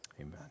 Amen